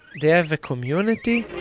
they have a community!